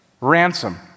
Ransom